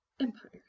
Empire